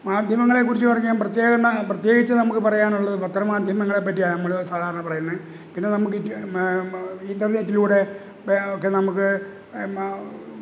മാധ്യമങ്ങളെക്കുറിച്ച് പറഞ്ഞ പ്രത്യേകം ഞാൻ പ്രത്യേകിച്ച് നമുക്ക് പറയാനുള്ളത് പത്ര മാധ്യമങ്ങളെ പറ്റിയാണ് നമ്മൾ സാധാരണ പറയുന്നത് പിന്നെ നമുക്ക് ഇൻ്റർനെറ്റിലൂടെ ഒക്കെ നമുക്ക്